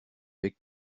avec